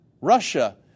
Russia